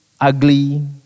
ugly